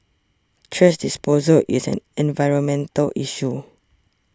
trash disposal is an environmental issue